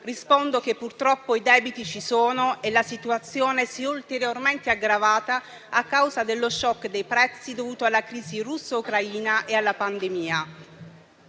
rispondo che purtroppo i debiti ci sono e la situazione si è ulteriormente aggravata a causa dello *shock* dei prezzi dovuto alla crisi russo-ucraina e alla pandemia.